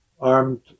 armed